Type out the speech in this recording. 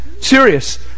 Serious